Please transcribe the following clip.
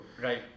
Right